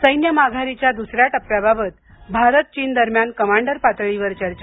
सैन्य माघारीच्या द्सऱ्या टप्प्याबाबत भारत चीन दरम्यान कमांडर पातळीवर चर्चा